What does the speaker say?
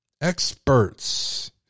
experts